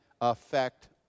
affect